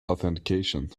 authentication